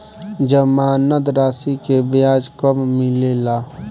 जमानद राशी के ब्याज कब मिले ला?